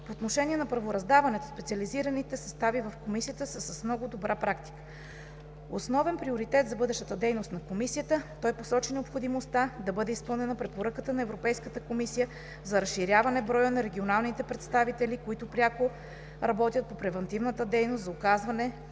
По отношение на правораздаването, специализираните състави в Комисията са с много добра практика. Основен приоритет на бъдещата дейност на Комисията той посочи необходимостта да бъде изпълнена Препоръката на Европейската комисия за разширяване броя на регионалните представители, които пряко работят по превантивната дейност за оказване